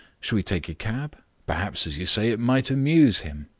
shall we take a cab? perhaps, as you say, it might amuse him.